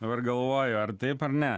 dabar galvoju ar taip ar ne